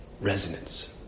resonance